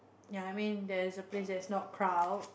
ya I mean there's a place there's not crowd